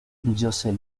josep